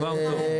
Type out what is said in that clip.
דבר טוב.